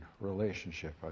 relationship